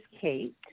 Kate